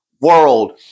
world